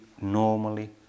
normally